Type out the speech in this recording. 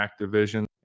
activision